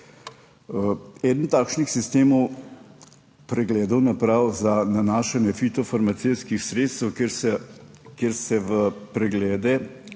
Eden takšnih sistemov pregledov naprav za nanašanje fitofarmacevtskih sredstev, kjer so v preglede